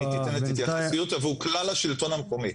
היא תיתן את התייחסות עבור כלל השלטון המקומי.